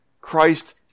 Christ